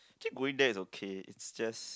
actually going there is okay it's just